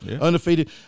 undefeated